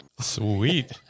Sweet